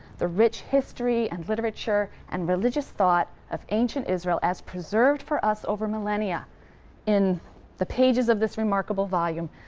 the rich history and literature and religious thought of ancient israel as preserved for us over millennia in the pages of this remarkable volume,